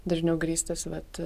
dažniau grįstas vat